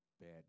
bad